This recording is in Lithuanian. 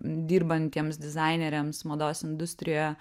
dirbantiems dizaineriams mados industrijoje